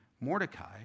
Mordecai